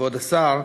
כבוד השר: